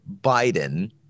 Biden